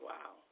Wow